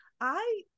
I-